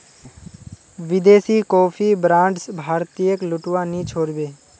विदेशी coffee brands भारतीयेक लूटवा नी छोड़ बे